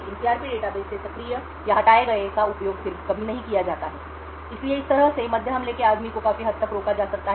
इन CRP database से सक्रिय या हटाए गए का उपयोग फिर कभी नहीं किया जाता है इसलिए इस तरह से मध्य हमले के आदमी को काफी हद तक रोका जा सकता है